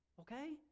Okay